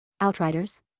Outriders